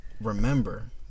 remember